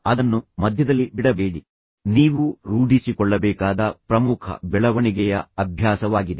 ಅದನ್ನು ಮಧ್ಯದಲ್ಲಿ ಬಿಡಬೇಡಿ ಮತ್ತು ಇದು ನೀವು ನಿಮ್ಮ ವ್ಯಕ್ತಿತ್ವದಲ್ಲಿ ರೂಢಿಸಿಕೊಳ್ಳಬೇಕಾದ ಪ್ರಮುಖ ಬೆಳವಣಿಗೆಯ ಅಭ್ಯಾಸವಾಗಿದೆ